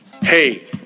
Hey